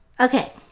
Okay